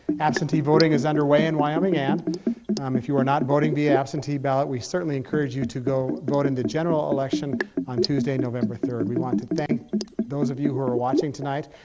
absentee voting is underway in wyoming and if you are not voting the absentee ballot, we certainly encourage you to go vote in the general election on tuesday, november third. we want to thank those of you who are are watching tonight,